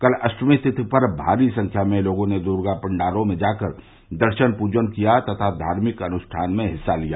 कल अष्टमी तिथि पर भारी संख्या में लोगों ने दर्गा पाण्डालों में जाकर दर्शन पूजन किया तथा धार्मिक अनुष्ठानों में हिस्सा लिया